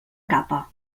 capa